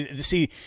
See